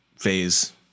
phase